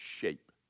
shape